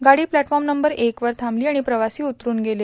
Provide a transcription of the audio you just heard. गाडी platform number एक वर थांबली आणि प्रवासी उतरून निघून गेले